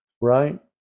Right